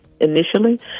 initially